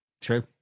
true